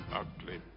ugly